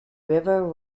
river